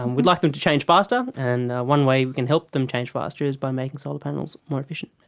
and we'd like them to change faster, and one way we can help them change faster is by making solar panels more efficient.